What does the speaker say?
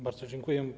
Bardzo dziękuję.